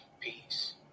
peace